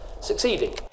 succeeding